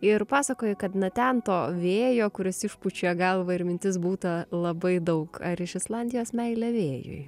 ir pasakoji kad na ten to vėjo kuris išpučia galvą ir mintis būta labai daug ar iš islandijos meilė vėjui